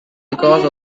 because